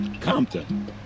compton